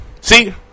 see